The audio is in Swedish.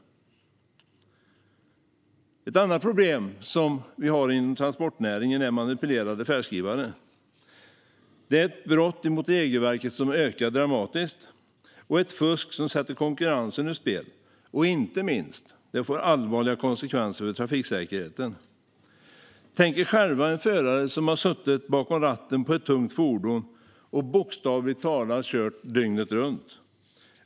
Ett annat problem inom transportnäringen är manipulerade färdskrivare. Det är ett brott mot regelverket som ökar dramatiskt och ett fusk som sätter konkurrensen ur spel. Inte minst får det allvarliga konsekvenser för trafiksäkerheten. Tänk er själva en förare som har suttit bakom ratten på ett tungt fordon och bokstavligt talat kört dygnet runt.